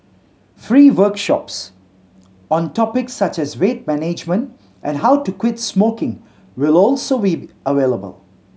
free workshops on topics such as weight management and how to quit smoking will also be available